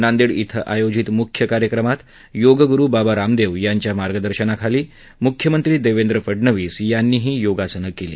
नांदेड इथं आयोजित मुख्य कार्यक्रमात योग गूरु बाबा रामदेव यांच्या मार्गदर्शनाखाली मुख्यमंत्री देवेंद्र फडनवीस यांनीही योगासनं केली